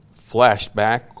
flashback